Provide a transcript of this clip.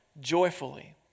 joyfully